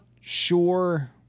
sure